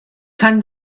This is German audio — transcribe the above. kann